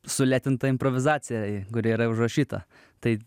sulėtinta improvizacija kuri yra užrašyta tai